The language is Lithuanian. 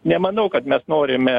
nemanau kad mes norime